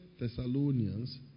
Thessalonians